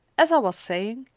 as i was saying,